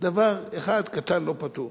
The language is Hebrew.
דבר אחד קטן לא פתור.